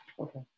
Okay